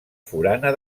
forana